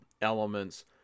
elements